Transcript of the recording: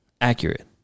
accurate